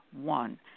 one